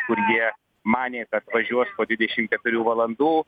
kur jie manė kad važiuos po dvidešim keturių valandų